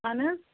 آہَن حظ